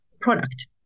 product